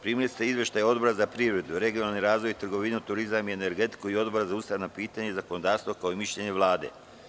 Primili ste izveštaj Odbora za privredu, regionalni razvoj, trgovinu, turizam i energetiku i Odbora za ustavna pitanja i zakonodavstvo, kao i mišljenje Vlade.